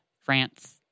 France